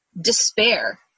Despair